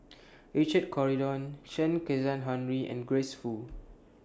Richard Corridon Chen Kezhan Henri and Grace Fu